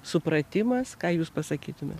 supratimas ką jūs pasakytumėte